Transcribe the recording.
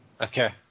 Okay